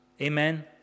Amen